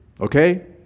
Okay